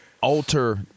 alter